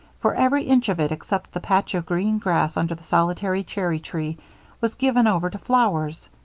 for every inch of it except the patch of green grass under the solitary cherry tree was given over to flowers,